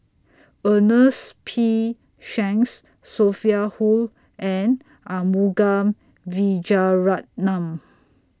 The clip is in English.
Ernest P Shanks Sophia Hull and Arumugam Vijiaratnam